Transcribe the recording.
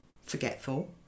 forgetful